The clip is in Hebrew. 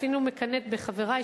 ואפילו מקנאת בחברי,